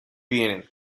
vienen